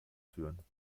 führen